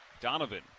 Donovan